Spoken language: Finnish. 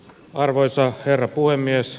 arvoisa herra puhemies